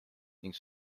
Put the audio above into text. ning